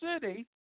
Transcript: city